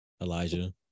Elijah